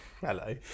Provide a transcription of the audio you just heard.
hello